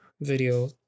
video